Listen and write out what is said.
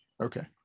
okay